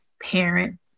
parent